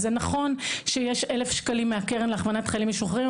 זה נכון שיש 1,000 שקלים מהקרן להכוונת חיילים משוחררים,